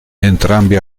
entrambi